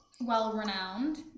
well-renowned